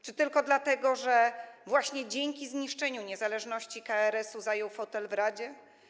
Czy tylko dlatego, że właśnie dzięki zniszczeniu niezależności KRS-u zajął fotel w radzie?